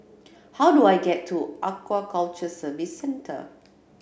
how do I get to Aquaculture Services Centre